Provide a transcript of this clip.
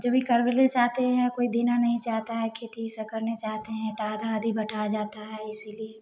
जो भी करने चाहते हैं कोई देना नही चाहता है खेती से करना चाहतें है तो आधा आधा बांटा जाता है इसीलिए